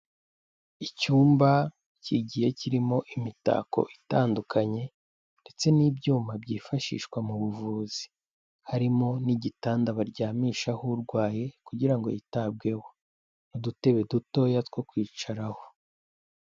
Icyumba kigiye kirimo imitako itandukanye ndetse n'ibyuma byifashishwa mu buvuzi, harimo n'igitanda baryamishaho urwaye kugira ngo yitabweho n'udutebe dutoya two kwicaraho.